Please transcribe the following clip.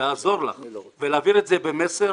לעזור לך ולהעביר את זה במסר